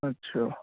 اچھا